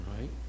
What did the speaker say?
Right